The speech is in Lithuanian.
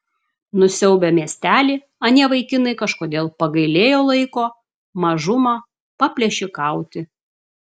nusiaubę miestelį anie vaikinai kažkodėl pagailėjo laiko mažumą paplėšikauti